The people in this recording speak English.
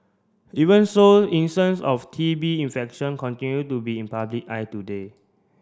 even so of T B infection continue to be in public eye today